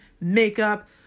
makeup